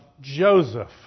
Joseph